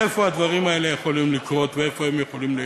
איפה הדברים האלה יכולים לקרות ואיפה הם יכולים להיראות?